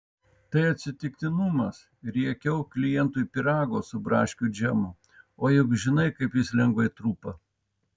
tai atsitiktinumas riekiau klientui pyrago su braškių džemu o juk žinai kaip jis lengvai trupa